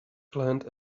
client